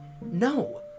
No